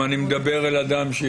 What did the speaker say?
אבל הוא